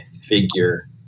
figure